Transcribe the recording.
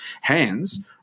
hands